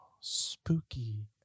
Spooky